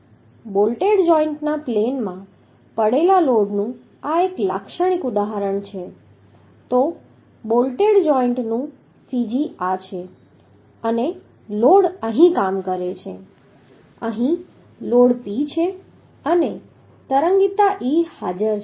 bolted જોઈન્ટના પ્લેનમાં પડેલા લોડનું આ એક લાક્ષણિક ઉદાહરણ છે તો બોલ્ટેડ જોઈન્ટનું cg આ છે અને લોડ અહીં કામ કરે છે અહીં લોડ P છે અને તરંગીતા e હાજર છે